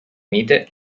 mite